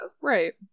Right